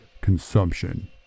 consumption